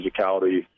physicality